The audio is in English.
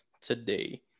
today